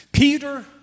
Peter